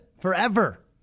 forever